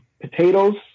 potatoes